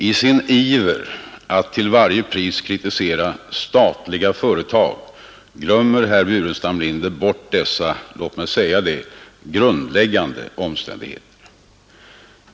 I sin iver att till varje pris kritisera statliga företag glömmer herr Burenstam Linder bort dessa grundläggande omständigheter.